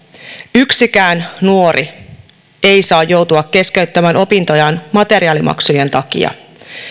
yksikään nuori ei saa joutua keskeyttämään opintojaan materiaalimaksujen takia